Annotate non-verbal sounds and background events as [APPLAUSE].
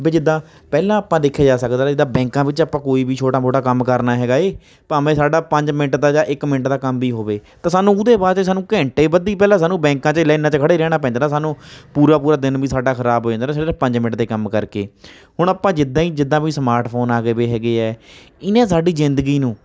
ਵੀ ਜਿੱਦਾਂ ਪਹਿਲਾਂ ਆਪਾਂ ਦੇਖਿਆ ਜਾ ਸਕਦਾ ਜਿੱਦਾਂ ਬੈਂਕਾਂ ਵਿੱਚ ਆਪਾਂ ਕੋਈ ਵੀ ਛੋਟਾ ਮੋਟਾ ਕੰਮ ਕਰਨਾ ਹੈਗਾ ਹੈ ਭਾਵੇਂ ਸਾਡਾ ਪੰਜ ਮਿੰਟ ਦਾ ਜਾਂ ਇੱਕ ਮਿੰਟ ਦਾ ਕੰਮ ਵੀ ਹੋਵੇ ਤਾਂ ਸਾਨੂੰ ਉਹਦੇ ਵਾਸਤੇ ਸਾਨੂੰ ਘੰਟੇ ਬੱਧੀ ਪਹਿਲਾਂ ਸਾਨੂੰ ਬੈਂਕਾਂ 'ਚ ਲਾਇਨਾਂ 'ਚ ਖੜ੍ਹੇ ਰਹਿਣਾ ਪੈਂਦਾ ਤਾਂ ਸਾਨੂੰ ਪੂਰਾ ਪੂਰਾ ਦਿਨ ਵੀ ਸਾਡਾ ਖਰਾਬ ਹੋ ਜਾਂਦਾ [UNINTELLIGIBLE] ਪੰਜ ਮਿੰਟ ਦੇ ਕੰਮ ਕਰਕੇ ਹੁਣ ਆਪਾਂ ਜਿੱਦਾਂ ਹੀ ਜਿੱਦਾਂ ਵੀ ਸਮਾਰਟਫੋਨ ਆ ਗਏ ਵੀ ਹੈਗੇ ਆ ਇਹਨੇ ਸਾਡੀ ਜ਼ਿੰਦਗੀ ਨੂੰ